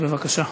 בבקשה.